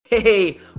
Hey